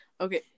okay